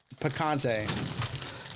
Picante